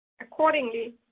Accordingly